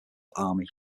army